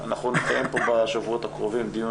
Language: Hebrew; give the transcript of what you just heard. אנחנו נקיים פה בשבועות הקרובים דיון